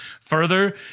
further